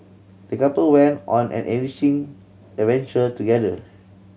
the couple went on an enriching adventure together